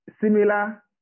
similar